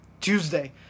Tuesday